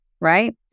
Right